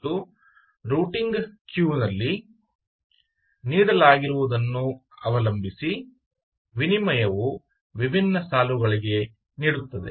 ಮತ್ತು ರೂಟಿಂಗ್ ಕ್ಯೂನಲ್ಲಿ ನೀಡಲಾಗಿರುವದನ್ನು ಅವಲಂಬಿಸಿ ವಿನಿಮಯವು ವಿಭಿನ್ನ ಸಾಲುಗಳಿಗೆ ನೀಡುತ್ತದೆ